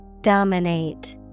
Dominate